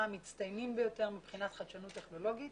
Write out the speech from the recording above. המצטיינים ביותר מבחינת חדשנות טכנולוגית